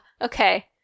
Okay